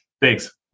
Thanks